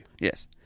Yes